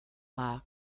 bada